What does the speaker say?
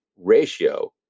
ratio